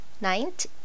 Ninth